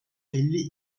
elli